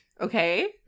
okay